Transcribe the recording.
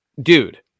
dude